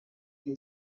hubo